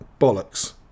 Bollocks